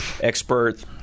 expert –